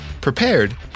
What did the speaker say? prepared